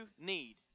need